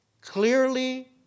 clearly